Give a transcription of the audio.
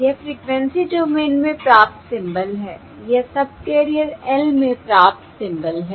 यह frequency domain में प्राप्त सिंबल है यह सबकैरियर l में प्राप्त सिंबल है